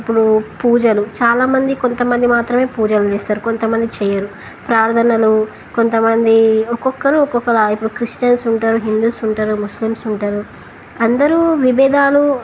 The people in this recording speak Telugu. ఇప్పుడు పూజలు చాలామంది కొంతమంది మాత్రమే పూజలు చేస్తారు కొంతమంది చెయరు ప్రార్థనలు కొంతమంది ఒక్కొక్కరు ఒక్కొక్కళ్ళ ఇప్పుడు క్రిస్టియన్స్ ఉంటారు హిందూస్ ఉంటారు ముస్లిమ్స్ ఉంటారు అందరూ విభదాలు